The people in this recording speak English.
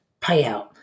payout